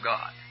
God